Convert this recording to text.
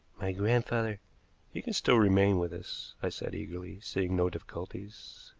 my grandfather he can still remain with us, i said eagerly, seeing no difficulties.